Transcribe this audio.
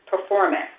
performance